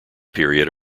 period